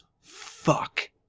fuck